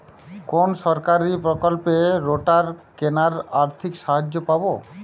কোন সরকারী প্রকল্পে রোটার কেনার আর্থিক সাহায্য পাব?